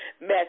mess